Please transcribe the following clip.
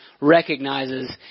recognizes